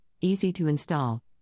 easy-to-install